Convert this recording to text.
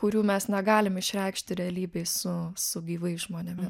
kurių mes negalim išreikšti realybėj su su gyvais žmonėmi